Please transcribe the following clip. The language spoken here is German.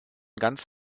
ganz